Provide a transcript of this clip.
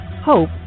Hope